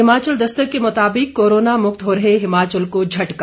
हिमाचल दस्तक के मुताबिक कोरोना मुक्त हो रहे हिमाचल को झटका